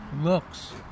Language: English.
looks